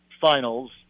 finals